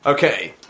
Okay